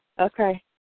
Okay